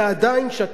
ועדיין כשמגיעים,